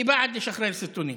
אני בעד לשחרר סרטונים